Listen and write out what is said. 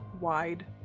wide